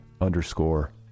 underscore